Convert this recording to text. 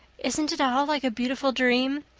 isn't it all like a beautiful dream?